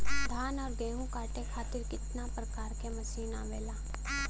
धान और गेहूँ कांटे खातीर कितना प्रकार के मशीन आवेला?